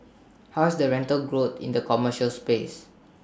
how is the rental growth in the commercial space